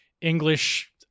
english